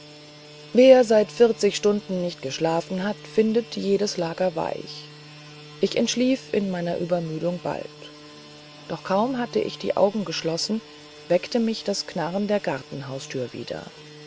wer seit vierzig stunden nicht geschlafen hat findet jedes lager weich ich entschlief in meiner übermüdung bald doch kaum hatte ich die augen geschlossen weckte mich das knarren der gartenhaustür wieder